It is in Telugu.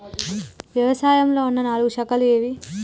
వ్యవసాయంలో ఉన్న నాలుగు శాఖలు ఏవి?